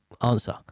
answer